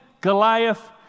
Goliath